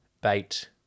bait